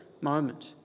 moment